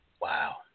Wow